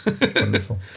Wonderful